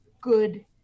good